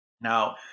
Now